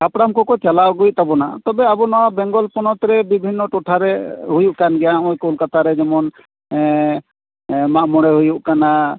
ᱦᱟᱯᱲᱟᱢ ᱠᱚᱠᱚ ᱪᱟᱞᱟᱣ ᱟᱜᱩᱭᱮᱫ ᱛᱟᱵᱚᱱᱟ ᱛᱚᱵᱮ ᱟᱵᱚ ᱱᱚᱣᱟ ᱵᱮᱝᱜᱚᱞ ᱯᱚᱱᱚᱛ ᱨᱮ ᱵᱤᱵᱷᱤᱱᱱᱚ ᱴᱚᱴᱷᱟᱨᱮ ᱦᱩᱭᱩᱜ ᱠᱟᱱ ᱜᱮᱭᱟ ᱦᱚᱸᱜᱼᱚᱭ ᱠᱳᱞᱠᱟᱛᱟ ᱨᱮ ᱡᱮᱢᱚᱱ ᱢᱟᱜᱢᱚᱬᱮ ᱦᱩᱭᱩᱜ ᱠᱟᱱᱟ